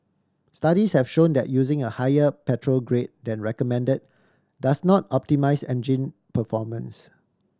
studies have shown that using a higher petrol grade than recommended does not optimise engine performance